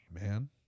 man